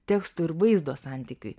teksto ir vaizdo santykiui